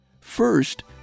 First